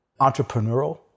entrepreneurial